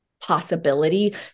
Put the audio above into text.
possibility